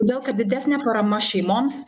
todėl kad didesnė parama šeimoms